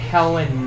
Helen